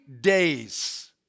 days